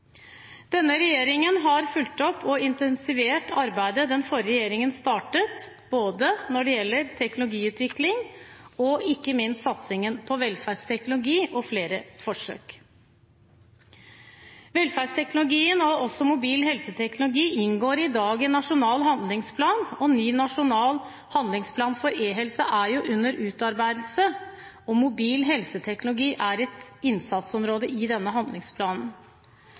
Denne regjeringen har fulgt opp og intensivert arbeidet den forrige regjeringen startet når det gjelder både teknologiutvikling og ikke minst satsingen på velferdsteknologi og flere forsøk. Velferdsteknologien og også mobil helseteknologi inngår i dag i nasjonal handlingsplan, og ny nasjonal handlingsplan for e-helse er under utarbeidelse. Mobil helseteknologi er et innsatsområde i denne handlingsplanen.